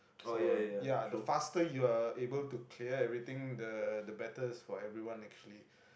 so ya the faster you are able to clear everything the the better is for everyone actually